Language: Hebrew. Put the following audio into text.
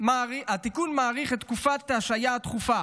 התיקון מאריך את תקופת ההשעיה הדחופה